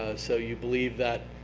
so you believe that,